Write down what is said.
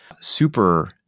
super